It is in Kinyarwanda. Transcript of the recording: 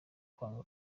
kwanga